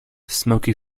smoky